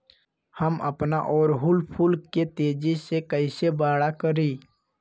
हम अपना ओरहूल फूल के तेजी से कई से बड़ा करी?